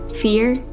fear